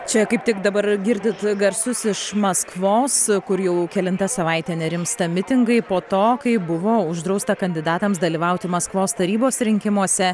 čia kaip tik dabar girdit garsus iš maskvos kur jau kelinta savaitė nerimsta mitingai po to kai buvau uždrausta kandidatams dalyvauti maskvos tarybos rinkimuose